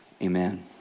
Amen